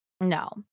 No